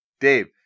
dave